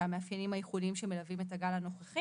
ומה הם המאפיינים הייחודיים של הגל הנוכחי.